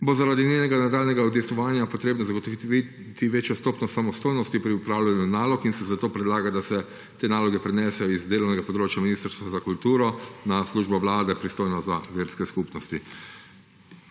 bo zaradi njenega nadaljnjega udejstvovanja treba zagotoviti večjo stopnjo samostojnosti pri opravljanju nalog in se zato predlaga, da se te naloge prenesejo z delovnega področja Ministrstva za kulturo na službo Vlade, pristojno za verske skupnosti.